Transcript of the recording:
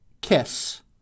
kiss